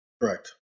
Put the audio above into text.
Correct